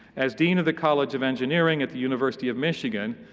as dean of the college of engineering at the university of michigan,